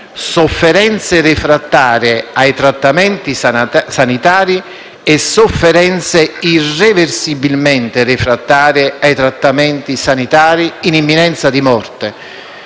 sofferenze refrattarie ai trattamenti sanitari e sofferenze irreversibilmente refrattarie ai trattamenti sanitari in imminenza di morte.